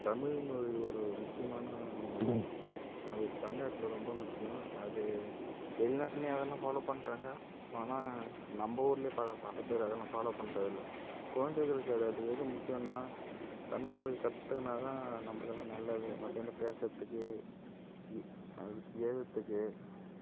தமிழ் மொழி ஒரு முக்கியமான மொழி அது தமிழ்நாட்டில ரொம்ப முக்கியம் அது வெளிநாட்லையும் அதெல்லாம் ஃபாலோ பண்ணுறாங்க ஆனால் நம்ப ஊர்லேயே பல பல பேர் அதெல்லாம் ஃபாலோ பண்ணுறது இல்லை குழந்தைகளுக்கு அதாவது எது முக்கியோன்னா தமிழ் மொழி கற்றுக்கின்னா தான் நம்பளுக்கு எல்லாம் நல்லது மற்ற எந்த பேசுறதுக்கு எழுதத்துக்கு